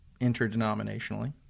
interdenominationally